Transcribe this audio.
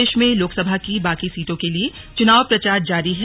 देश में लोकसभा की बाकी सीटों के लिए चुनाव प्रचार जारी है